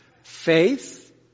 Faith